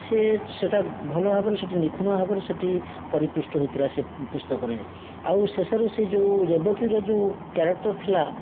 ସେ ସେଇଟା ଭଲ ଭାବରେ ସେଇଠି ନିଖୁଣ ଭାବରେ ସେଇଟି ପରିପୃଷ୍ଟ ହୋଇଥିଲା ସେ ପୁସ୍ତକରେ ଆଉ ଶେଷରେ ସେ ଯେଉଁ ରେବତୀର ଯେଉଁ କ୍ୟାରେକ୍ଟର ଥିଲା